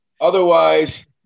Otherwise